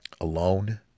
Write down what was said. alone